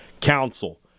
Council